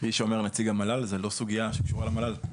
כפי שאומר נציג המל"ל, זו לא סוגייה שקשורה למל"ל.